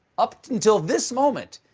up and til this moment,